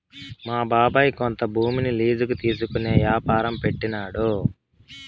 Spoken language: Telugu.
మా బాబాయ్ కొంత భూమిని లీజుకి తీసుకునే యాపారం పెట్టినాడు